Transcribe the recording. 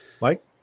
Mike